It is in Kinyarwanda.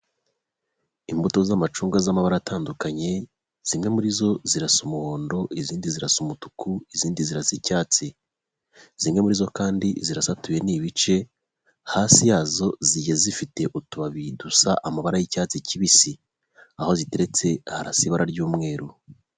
Imbuto z'amacunga z'amabara atandukanye zimwe muri zo zirasa umuhondo izindi zirasa umutuku izindi nzira z'icyatsi zimwe muri zo kandi zirasatuwe n'ibice hasi yazo zijya zifite utubabi dusa amabara y'icyatsi kibisi aho ziteretse harasa ibara ry'umweru.